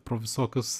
pro visokius